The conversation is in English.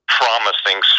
promising